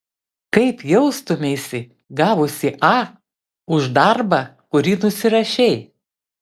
kaip jaustumeisi gavusi a už darbą kurį nusirašei